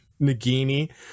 Nagini